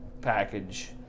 package